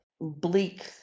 bleak